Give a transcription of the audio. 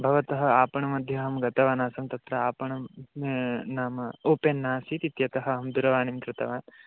भवतः आपणमध्ये अहं गतवानासं तत्र आपणं नाम ओपेन् नासीत् इत्यतः अहं दूरवाणीं कृतवान्